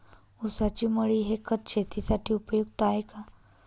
ऊसाची मळी हे खत शेतीसाठी उपयुक्त आहे का?